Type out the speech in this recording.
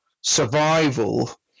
survival